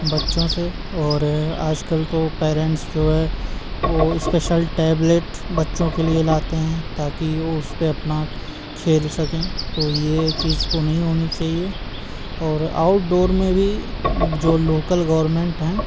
بچّوں سے اور آج کل تو پیرنٹس جو ہے وہ اسپیشل ٹیبلیٹ بچّوں کے لیے لاتے ہیں تا کہ وہ اس پہ اپنا کھیل سکیں تو یہ چیز تو نہیں ہونی چاہیے اور آؤٹ ڈور میں بھی جو لوکل گورنمنٹ ہیں